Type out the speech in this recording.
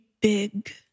big